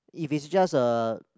if it just a